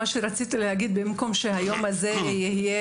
מה שרציתי להגיד זה שבמקום שהיום הזה יהיה